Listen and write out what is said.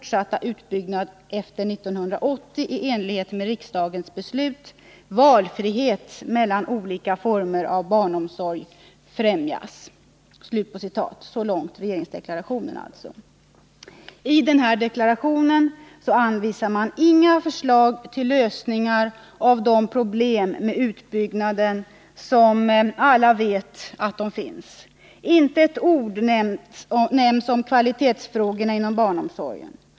16 november 1979 I regeringsdeklarationen sägs: I regeringsdeklarationen anvisar man inga förslag till lösningar av de problem med utbyggnaden som alla vet finns. Inte ett ord nämns om kvalitetsfrågorna inom barnomsorgen.